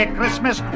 Christmas